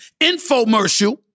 infomercial